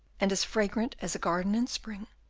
and as fragrant as a garden in spring,